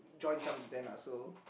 join some event lah so